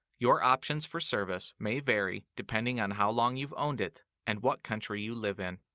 your options for service may vary depending on how long you've owned it and what country you live in.